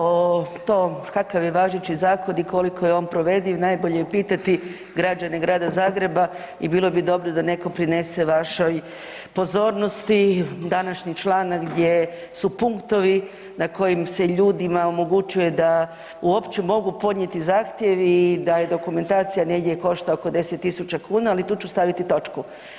O tom kakav je važeći zakon i koliko je on provediv najbolje je pitati građane Grada Zagreba i bilo bi dobro da neko prinese vašoj pozornosti današnji članak gdje su punktovi na kojim se ljudima omogućuje da uopće mogu podnijeti zahtjev i da je dokumentacije negdje košta oko 10.000 kuna, ali tu ću staviti točku.